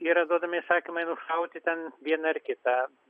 yra duodami įsakymai nušauti ten vieną ar kitą